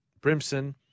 Brimson